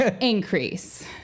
Increase